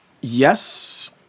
yes